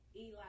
Eli